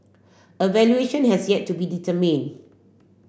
a valuation has yet to be determine